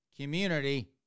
community